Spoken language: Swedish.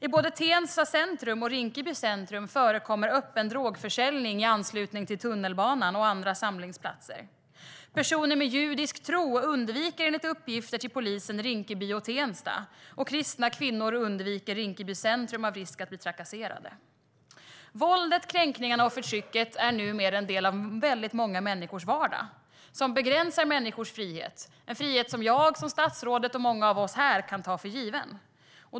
I både Tensta centrum och Rinkeby centrum förekommer öppen drogförsäljning i anslutning till tunnelbanan och andra samlingsplatser. Personer med judisk tro undviker enligt uppgifter till polisen Rinkeby och Tensta, och kristna kvinnor undviker Rinkeby centrum av risk att bli trakasserade. Våldet, kränkningarna och förtrycket är numera en del av många människors vardag. Det begränsar människors frihet - en frihet som jag och statsrådet och många av oss här kan ta för given.